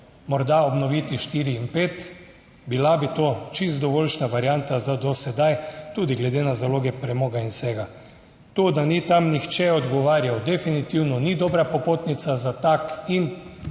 morda obnoviti štiri in pet. Bila bi to čisto dovoljšnja varianta za do sedaj, tudi glede na zaloge premoga in vsega. To, da ni tam nihče odgovarjal definitivno ni dobra popotnica za take in